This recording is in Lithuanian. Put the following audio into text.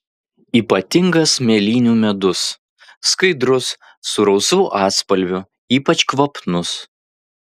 ypatingas mėlynių medus skaidrus su rausvu atspalviu ypač kvapnus